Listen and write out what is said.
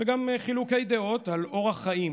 וגם חילוקי דעות על אורח חיים,